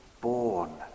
born